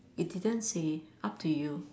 it didn't say up to you